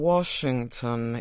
Washington